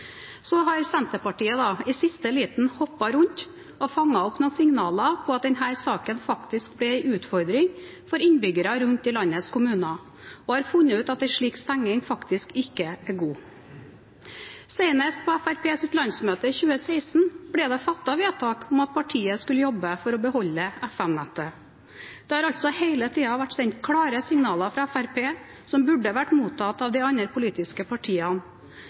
Så har Senterpartiet i siste liten hoppet rundt og fanget opp noen signaler om at denne saken faktisk er en utfordring for innbyggere rundt i landets kommuner, og funnet ut at en slik stenging faktisk ikke er en god løsning. Senest på Fremskrittspartiets landsmøte 2016 ble det fattet vedtak om at partiet skulle jobbe for å beholde FM-nettet. Det har altså hele tiden vært sendt klare signaler fra Fremskrittspartiet som burde vært mottatt av de andre politiske partiene.